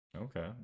okay